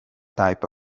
type